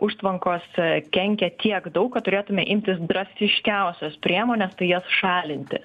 užtvankos kenkia tiek daug kad turėtume imtis drastiškiausios priemonės tai jas šalinti